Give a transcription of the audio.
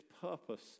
purpose